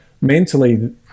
mentally